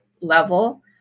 level